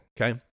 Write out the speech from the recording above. okay